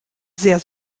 sehr